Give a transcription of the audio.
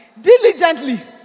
diligently